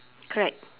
correct